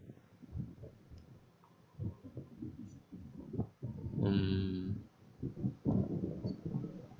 mm